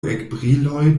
ekbriloj